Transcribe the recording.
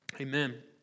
Amen